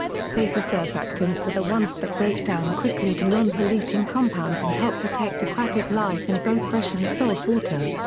safer surfactants are the ones that break down quickly to non-polluting compounds and help protect aquatic life in both fresh and salt water.